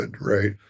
right